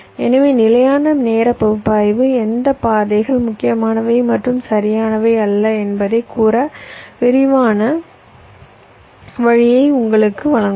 எனவே நிலையான நேர பகுப்பாய்வு எந்த பாதைகள் முக்கியமானவை மற்றும் சரியானவை அல்ல என்பதைக் கூற விரைவான வழியை உங்களுக்கு வழங்கும்